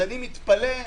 אני מתפלא,